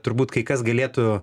turbūt kai kas galėtų